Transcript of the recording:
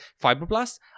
fibroblasts